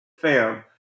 Fam